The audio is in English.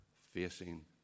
facing